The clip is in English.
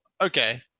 okay